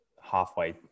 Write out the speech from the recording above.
halfway